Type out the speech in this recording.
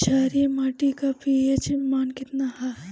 क्षारीय मीट्टी का पी.एच मान कितना ह?